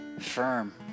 firm